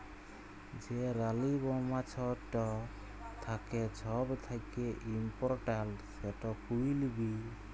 যে রালী মমাছিট থ্যাকে ছব থ্যাকে ইমপরট্যাল্ট, সেট কুইল বী